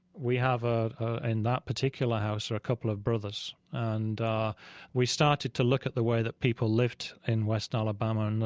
we have, ah in that particular house, are a couple of brothers. and we started to look at the way that people lived in west alabama. and